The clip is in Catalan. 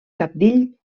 cabdill